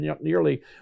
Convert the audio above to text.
nearly